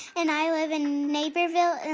and i live in naperville,